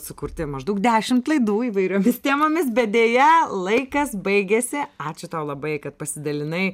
sukurti maždaug dešimt laidų įvairiomis temomis bet deja laikas baigėsi ačiū tau labai kad pasidalinai